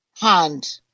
hand